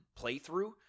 playthrough—